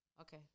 Okay